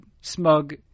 smug